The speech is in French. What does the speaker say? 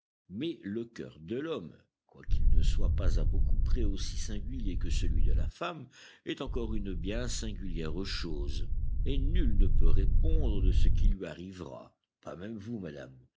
mais le cœur de l'homme quoiqu'il ne soit pas à beaucoup près aussi singulier que celui de la femme est encore une bien singulière chose et nul ne peut répondre de ce qui lui arrivera pas même vous madame